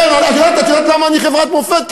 כן, את יודעת למה אני חברת מופת?